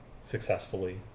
successfully